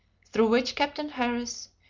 through which captain harris,